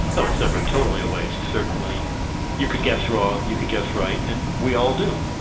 though it's never totally a waste. certainly you could guess wrong, you could guess right. and we all do.